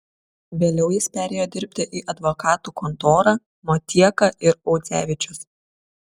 vėliau jis perėjo dirbti į advokatų kontorą motieka ir audzevičius